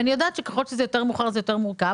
ואני יודעת שככל שזה יותר מאוחר זה יותר מורכב